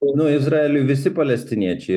nu izraeliui visi palestiniečiai